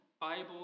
Bible